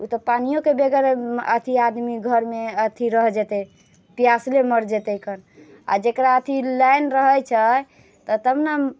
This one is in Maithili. ओ तऽ पानिएके बगैर अथी आदमी अथि घरमे अथि रहि जेतै प्यासले मरि जेतै कऽ आ जकरा अथी लाइन रहैत छै तऽ तब ने